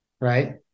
right